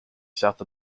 south